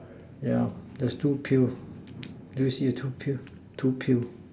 yeah there's two pill do you see a two pill two pill